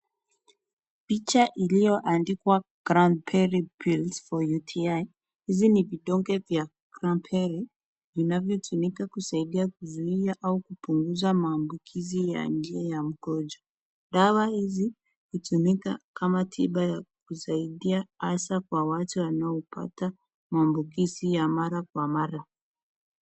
Picha iliyoandikwa Cranberry Pills For UTI vizi ni vidonge vya Cranberry vinavyotumika kuzuia au kupunguza maambukizi ya njia ya mkojo. Dawa hizi hutumika kama tiba ya kusaidia hasa kwa watu wanaopata maambukizi ya mara kwa mara.